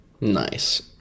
Nice